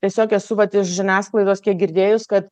tiesiog esu vat iš žiniasklaidos kiek girdėjus kad